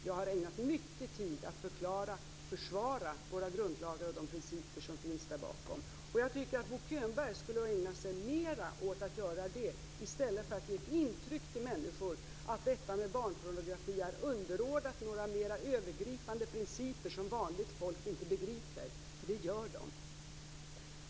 Jag har ägnat mycket tid till att förklara och försvara våra grundlagar och de principer som finns därbakom. Jag tycker att Bo Könberg skulle ägna sig mer åt att göra det i stället för att ge människor intrycket att detta med barnpornografi är underordnat några mer övergripande principer som vanligt folk inte begriper, för det gör de.